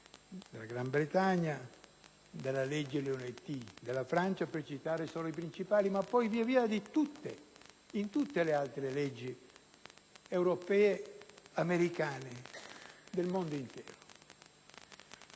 della Gran Bretagna, dalla legge Leonetti della Francia, per citare solo i principali Paesi, ma poi in tutte le altre leggi europee, americane e del mondo intero.